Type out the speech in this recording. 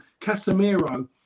Casemiro